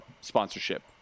sponsorship